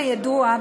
כידוע,